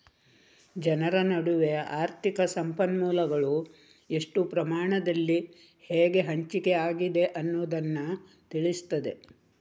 ಜನರ ನಡುವೆ ಆರ್ಥಿಕ ಸಂಪನ್ಮೂಲಗಳು ಎಷ್ಟು ಪ್ರಮಾಣದಲ್ಲಿ ಹೇಗೆ ಹಂಚಿಕೆ ಆಗಿದೆ ಅನ್ನುದನ್ನ ತಿಳಿಸ್ತದೆ